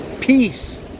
peace